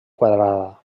quadrada